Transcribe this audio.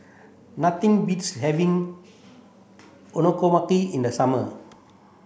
nothing beats having Okonomiyaki in the summer